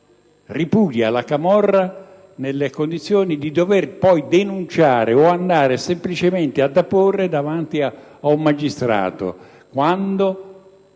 viene a trovarsi nelle condizioni di dover denunciare o andare semplicemente a deporre davanti ad un magistrato, quando